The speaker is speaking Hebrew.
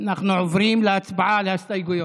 אנחנו עוברים להצבעה על ההסתייגויות.